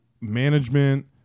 management